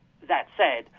that said,